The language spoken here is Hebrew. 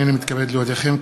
הנני מתכבד להודיעכם,